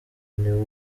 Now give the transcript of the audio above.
niwe